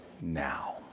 now